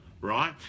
right